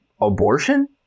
abortion